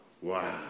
Wow